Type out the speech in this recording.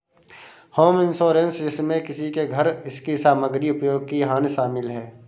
home insurance जिसमें किसी के घर इसकी सामग्री उपयोग की हानि शामिल है